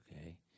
Okay